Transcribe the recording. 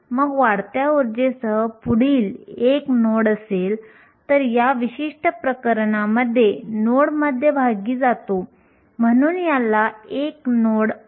आपण आंतरिक अर्धसंवाहकांपासून सुरुवात करू आणि यासाठी दुसरे नाव शुद्ध अर्धवाहक असे आहे